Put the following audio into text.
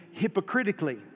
hypocritically